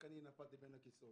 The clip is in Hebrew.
רק אני נפלתי בין הכיסאות.